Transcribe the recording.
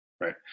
right